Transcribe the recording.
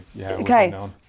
Okay